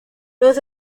los